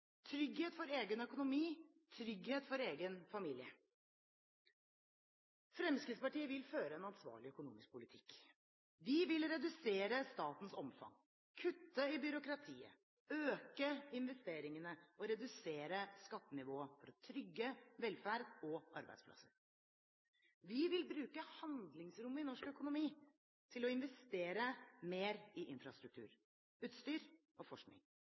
trygghet for egen økonomi, trygghet for egen familie. Fremskrittspartiet vil føre en ansvarlig økonomisk politikk, vi vil redusere statens omfang, kutte i byråkratiet, øke investeringene og redusere skattenivået for å trygge velferd og arbeidsplasser. Vi vil bruke handlingsrommet i norsk økonomi til å investere mer i infrastruktur, utstyr og forskning.